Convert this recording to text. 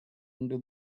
into